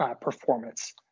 performance